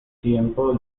tiempo